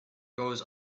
goes